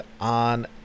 on